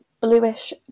bluish